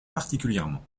particulièrement